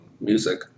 music